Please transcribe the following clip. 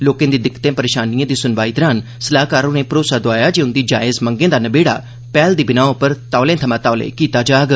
लोकें दी दिक्कतें परेशानियें दी सुनवाई दौरान सलाहकार होरें भरोसा दोआया जे उन्दी जायज मंगें दा नबेड़ा पैहल दी बिनाह् उप्पर तौले थमां तौले कीता जाग